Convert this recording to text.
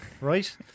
Right